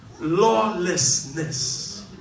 lawlessness